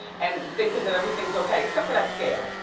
and thinking that everything's okay? except for that scale.